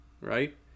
Right